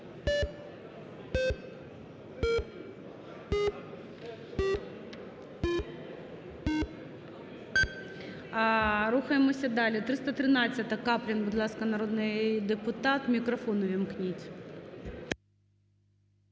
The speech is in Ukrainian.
Рухаємося далі. 313-а, Каплін, будь ласка, народний депутат. Мікрофон увімкніть.